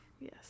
yes